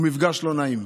הוא מפגש לא נעים.